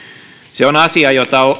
se on asia jota